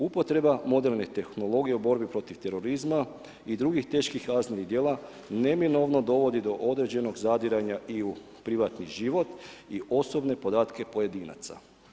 Upotreba moderne tehnologije u borbi protiv terorizma i drugih teških kaznenih djela neminovno dovodi do određenog zadiranja i u privatni život i osobne podatke pojedinaca.